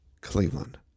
Cleveland